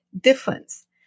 difference